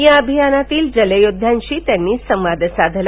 या अभियानातील जल योध्यांशी त्यांनी संवाद साधला